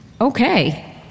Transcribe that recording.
Okay